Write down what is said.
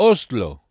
Oslo